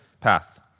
path